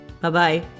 Bye-bye